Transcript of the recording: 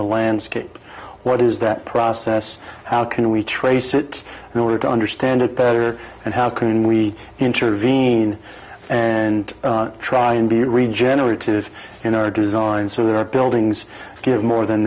the landscape what is that process how can we trace it in order to understand it better and how can we intervene and try and be regenerative in our design so that our buildings give more than